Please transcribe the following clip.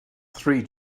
three